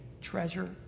treasure